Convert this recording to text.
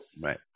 Right